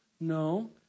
No